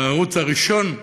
הערוץ הראשון.